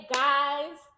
guys